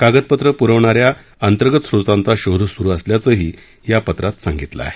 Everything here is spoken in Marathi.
कागदपत्रं पुरवणा या अंतर्गत स्त्रोतांचा शोध सुरू असल्याचंही या पत्रात सांगितलं आहे